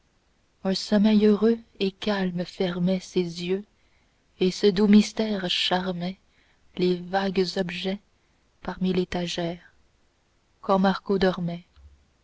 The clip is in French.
un sommeil heureux et calme fermait ses yeux et ce doux mystère charmait les vagues objets parmi l'étagère quand marco dormait